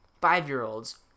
five-year-olds